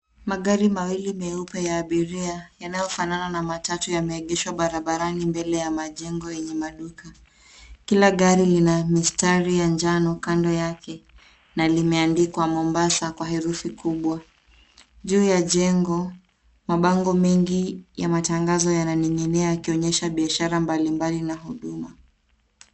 Magari mawili meupe ya abiria yanayofanana na matatu yameegeshwa barabarani mbele ya majengo yenye maduka. Kila gari lina mistari ya njano kando yake na limeandikwa, Mombasa, kwa herufi kubwa. Juu ya jengo, mabango mengi ya matangazo yananing'inia yakionyesha biashara mbalimbali na huduma.